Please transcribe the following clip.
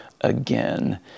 again